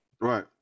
Right